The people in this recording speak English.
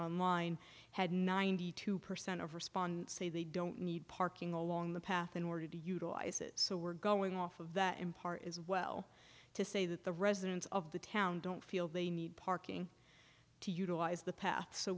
online had ninety two percent of respondents say they don't need parking along the path in order to utilize it so we're going off of that in part as well to say that the residents of the town don't feel they need parking to utilize the path so